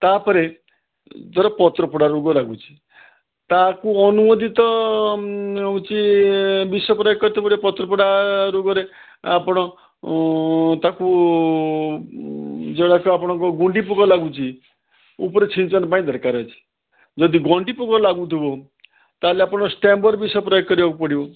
ତା'ପରେ ଧର ପତ୍ରପୋଡ଼ା ରୋଗ ଲାଗୁଛି ତାକୁ ଅନୁମୋଦିତ ହେଉଛି ବିଷ ପ୍ରୟୋଗ କରିତେ ପଡ଼ିବ ପତ୍ରପୋଡ଼ା ରୋଗରେ ଆପଣ ତାକୁ ଯେଉଁଡ଼ାକ ଆପଣଙ୍କ ଗୁଣ୍ଡି ପୋକ ଲାଗୁଛି ଉପରେ ଛିଞ୍ଛନ ପାଇଁ ଦରକାର ଅଛି ଯଦି ଗଣ୍ଡି ପୋକ ଲାଗୁଥିବ ତାହେଲେ ଆପଣ ଷ୍ଟାମ୍ବର ବିଷ ପ୍ରୟୋଗ କରିବାକୁ ପଡ଼ିବ